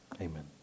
Amen